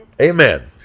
Amen